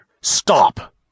Stop